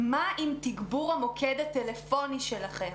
מה עם תגבור המוקד הטלפוני שלכם?